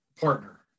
partner